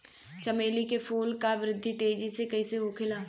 चमेली क फूल क वृद्धि तेजी से कईसे होखेला?